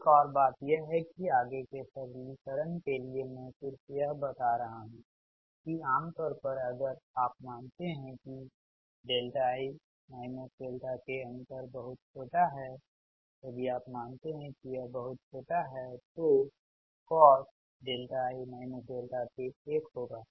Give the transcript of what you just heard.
एक और बात यह है कि आगे के सरलीकरण के लिए मैं सिर्फ यह बता रहा हूं कि आम तौर पर अगर आप मानते हैं कि i k अंतर बहुत छोटा है यदि आप मानते हैं कि यह बहुत छोटा है तोcosi k 1 होगा